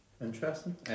Interesting